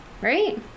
Right